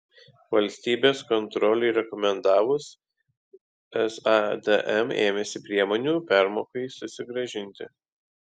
valstybės kontrolei rekomendavus sadm ėmėsi priemonių permokai susigrąžinti